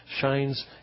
shines